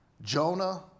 Jonah